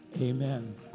Amen